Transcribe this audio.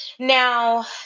Now